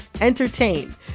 entertain